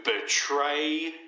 betray